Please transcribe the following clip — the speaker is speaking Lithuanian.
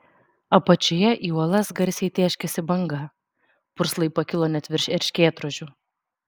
apačioje į uolas garsiai tėškėsi banga purslai pakilo net virš erškėtrožių